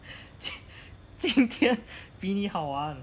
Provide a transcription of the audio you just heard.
今天比你好玩